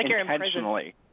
intentionally